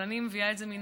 ואני מביאה את זה מנעמי,